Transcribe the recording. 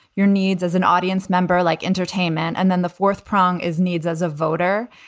your needs as an audience member like entertainment. and then the fourth prong is needs as a voter.